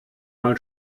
mal